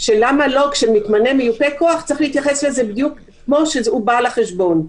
שכאשר מתמנה מיופה כוח צריך להתייחס אליו כאילו שהוא בעל החשבון.